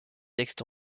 textes